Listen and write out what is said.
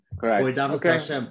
Correct